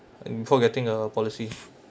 before getting a policy